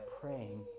praying